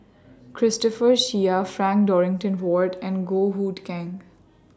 Christopher Chia Frank Dorrington Ward and Goh Hood Keng